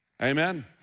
amen